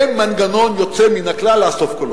אין מנגנון יוצא מן הכלל, לאסוף קולות.